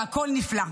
והכול נפלא.